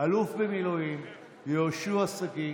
האלוף במילואים יהושע שגיא.